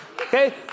okay